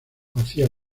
hacia